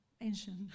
ancient